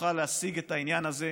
נוכל להשיג את העניין הזה,